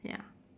ya